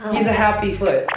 he's a happy foot.